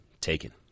taken